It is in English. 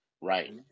right